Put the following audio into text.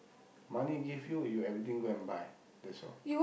money give you you everything go and buy that's all